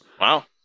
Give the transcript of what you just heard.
Wow